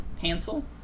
Hansel